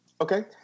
Okay